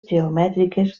geomètriques